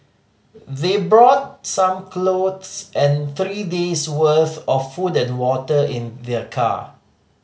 they brought some clothes and three days' worth of food and water in their car